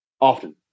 often